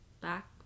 back